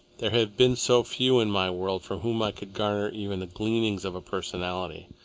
there have been so few in my world from whom i could garner even the gleanings of a personality.